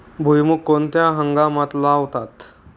भुईमूग कोणत्या हंगामात लावतात?